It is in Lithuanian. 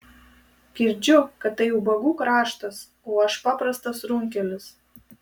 girdžiu kad tai ubagų kraštas o aš paprastas runkelis